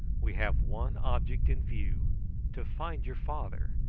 we have one object in view to find your father,